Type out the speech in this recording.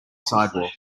sidewalk